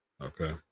okay